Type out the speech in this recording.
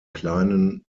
kleinen